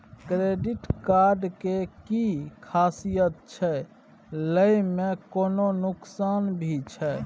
Credit card के कि खासियत छै, लय में कोनो नुकसान भी छै?